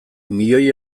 milioi